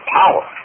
power